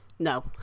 no